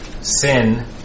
sin